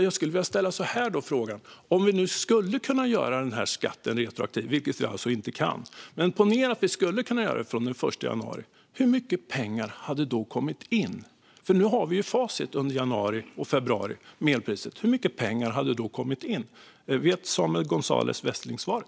Jag skulle då vilja ställa frågan: Om vi skulle kunna göra den här skatten retroaktiv från den 1 januari, vilket vi alltså inte kan, hur mycket pengar hade då kommit in? Nu har vi ju facit för elpriset under januari och februari. Hur mycket pengar hade kommit in? Vet Samuel Gonzalez Westling svaret?